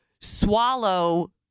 swallow